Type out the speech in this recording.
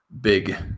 big